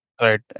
right